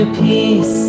peace